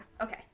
Okay